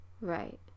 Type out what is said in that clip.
Right